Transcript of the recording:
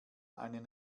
einen